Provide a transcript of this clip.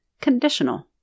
Conditional